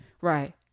Right